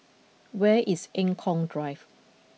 where is Eng Kong Drive